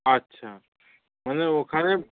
আচ্ছা মানে ওখানে